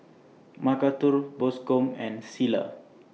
Macarthur Bascom and Cilla